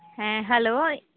ᱦᱮᱸ ᱦᱮᱞᱳ